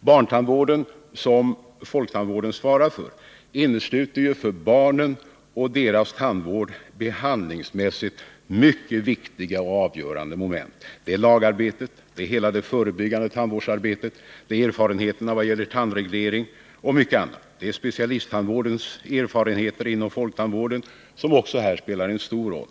Barntandvården, som folktandvården svarar för, innesluter ju för barnen och deras tandvård behandlingsmässigt mycket viktiga och avgörande moment. Det är lagarbetet. Det är hela det förebyggande tandvårdsarbetet. Det är erfarenheterna vad gäller tandreglering och mycket annat. Det är specialisttandvårdens erfarenheter inom folktandvården, som också här spelar en stor roll.